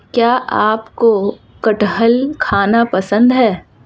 क्या आपको कठहल खाना पसंद है?